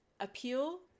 appeal